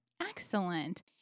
Excellent